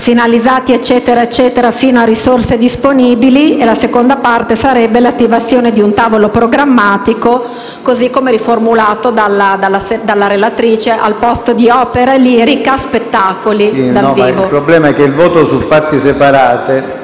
Il problema è che il voto per parti separate